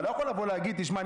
אתה לא יכול לבוא ולהגיד תשמע,